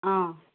অঁ